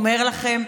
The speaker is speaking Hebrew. הוא אומר לכם: